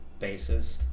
bassist